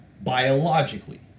biologically